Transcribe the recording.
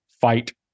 fight